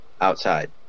outside